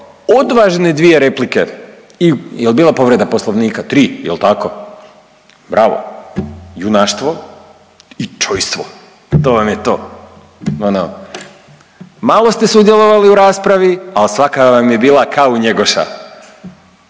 odvažne dvije replike i jel bila povreda poslovnika, tri jel tako, bravo, junaštvo i čojstvo, to vam je to …/Govornik se ne razumije/…malo ste sudjelovali u raspravi, al svaka vam je bila kao u Njegoša.